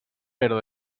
però